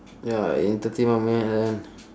ya entertainment man and